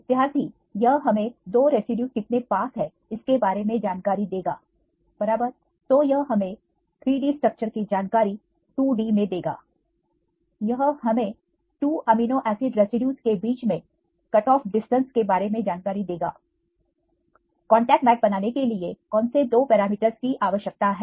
विद्यार्थी यह हमें दो रेसिड्यूज कितने पास है इसके बारे में जानकारी देगा बराबर तो यह हमें 3D स्ट्रक्चर की जानकारी 2D मे देगा यह हमें 2 अमीनो एसिड रेसिड्यूज के बीच में कट ऑफ डिस्टेंस के बारे में जानकारी देगा कांटेक्ट मैप बनाने के लिए कौन से दो पैरामीटर्स की आवश्यकता है